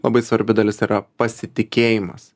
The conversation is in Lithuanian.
labai svarbi dalis yra pasitikėjimas